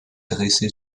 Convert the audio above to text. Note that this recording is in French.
dressée